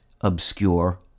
obscure